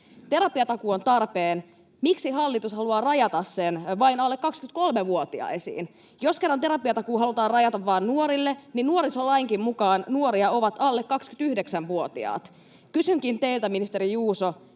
Terapiatakuu on tarpeen. Miksi hallitus haluaa rajata sen vain alle 23-vuotiaisiin? Jos kerran terapiatakuu halutaan rajata vain nuorille, niin nuorisolainkin mukaan nuoria ovat alle 29-vuotiaat. Kysynkin teiltä, ministeri Juuso: